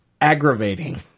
Aggravating